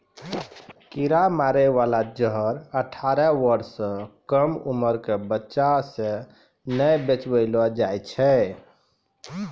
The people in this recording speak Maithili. कीरा मारै बाला जहर अठारह बर्ष सँ कम उमर क बच्चा सें नै बेचबैलो जाय छै